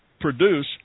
produce